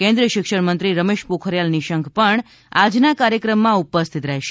કેન્દ્રિય શિક્ષણમંત્રી રમેશ પોખરીયાલ નિશંક પણ આજના કાર્યક્રમમાં ઉપસ્થિત રહેશે